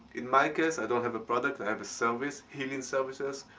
in my case, i don't have a product, i have a service healing services,